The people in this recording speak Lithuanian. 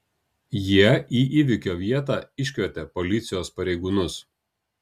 jie į įvykio vietą iškvietė policijos pareigūnus